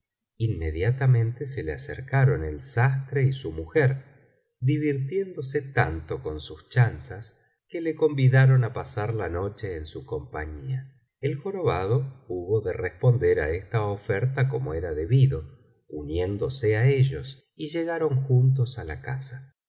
inmediatamente se le acercaron el sastre y su mujer divirtiéndose tanto biblioteca valenciana generalitat valenciana las mil noches y una noche con sus chanzas que le convidaron á pasar la noche en su compañía el jorobado hubo de responder á esta oferta como era debido uniéndose á ellos y llegaron juntos á la casa